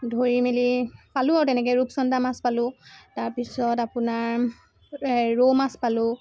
ধৰি মেলি পালোঁ আৰু তেনেকৈ ৰূপচন্দা মাছ পালোঁ তাৰপিছত আপোনাৰ ৰৌ মাছ পালোঁ